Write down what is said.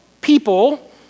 people